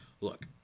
look